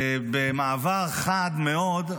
במעבר חד מאוד,